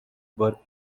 were